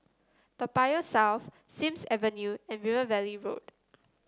Toa Payoh South Sims Avenue and River Valley Road